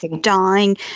dying